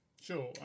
Sure